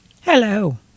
Hello